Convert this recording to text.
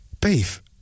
Beef